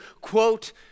quote